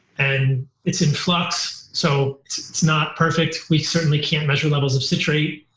and it's in flux so it's not perfect. we certainly can't measure levels of citrate,